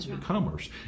commerce